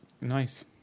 Nice